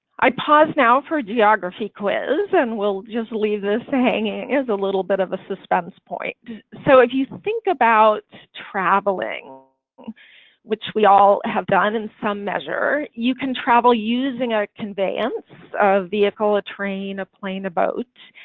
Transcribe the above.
i pause now for geography quiz and we'll just leave this hang is a little bit of a suspense point so if you think about travelling which we all have done in some measure you can travel using a conveyance of vehicle, a train, a plane, a boat?